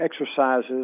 exercises